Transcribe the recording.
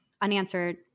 unanswered